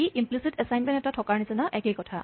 ই implicit assignment এটা থকাৰ নিচিনা একেই কথা